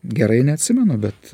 gerai neatsimenu bet